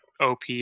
OP